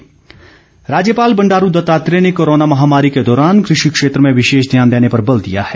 राज्यपाल राज्यपाल बंडारू दत्तात्रेय ने कोरोना महामारी के दौरान कृषि क्षेत्र में विशेष ध्यान देने पर बल दिया है